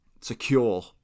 secure